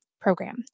Program